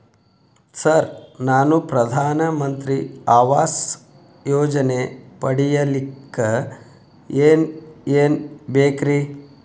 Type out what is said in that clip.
Sir ನಾನು ಪ್ರಧಾನ ಮಂತ್ರಿ ಆವಾಸ್ ಯೋಜನೆ ಪಡಿಯಲ್ಲಿಕ್ಕ್ ಏನ್ ಏನ್ ಬೇಕ್ರಿ?